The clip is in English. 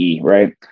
right